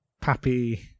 pappy